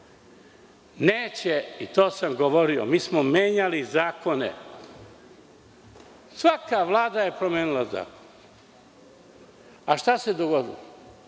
Neće, i to sam govorio. Mi smo menjali zakone. Svaka vlada je promenila zakon. Šta se dogodilo?